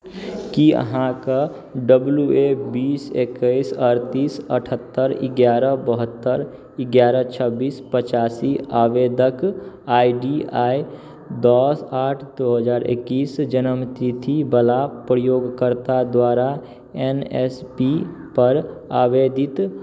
की अहाँ के W A बीस एक्कैस अड़तीस अठहत्तरि एगारह बहत्तरि एगारह छब्बीस पचासी आवेदक आई डी आइ दस आठ दू हजार एक्कैस जन्मतिथि बला प्रयोगकर्ता द्वारा एन एस पी पर आवेदित